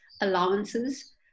allowances